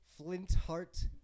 Flintheart